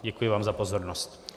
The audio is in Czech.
Děkuji vám za pozornost.